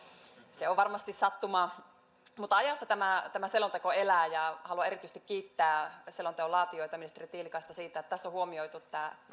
se on varmasti sattumaa mutta ajassa tämä tämä selonteko elää haluan erityisesti kiittää selonteon laatijoita ja ministeri tiilikaista siitä että tässä on huomioitu